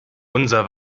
unser